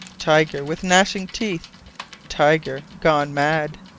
tiger with gnashing teeth tiger gone mad.